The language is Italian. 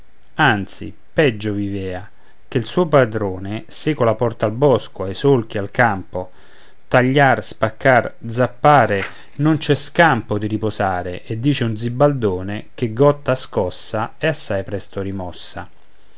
anzi peggio vivea ché il suo padrone seco la porta al bosco ai solchi al campo tagliar spaccar zappare non c'è scampo di riposare e dice un zibaldone che gotta scossa è assai presto rimossa